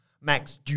Max